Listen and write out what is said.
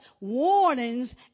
warnings